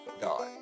God